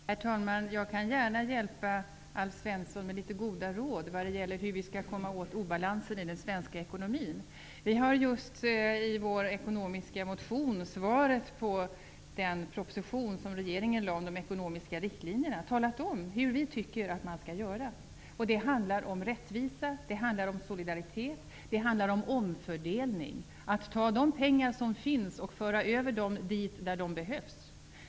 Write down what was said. Herr talman! Jag hjälper gärna Alf Svensson med litet goda råd när det gäller hur vi skall komma åt obalansen i den svenska ekonomin. I vår ekonomiska motion har vi med anledning av regeringens proposition om de ekonomiska riktlinjerna talat om hur vi tycker att man skall göra. Det handlar om rättvisa, om solidaritet, om omfördelning, dvs. att ta de pengar som finns och föra över dem dit där de behövs.